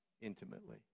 intimately